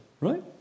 Right